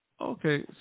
Okay